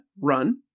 run